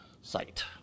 Site